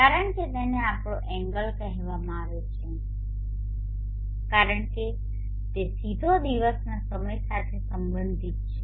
કારણ કે તેને આપણો એંગલ કહેવામાં આવે છે કારણ કે તે સીધો દિવસના સમય સાથે સંબંધિત છે